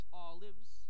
olives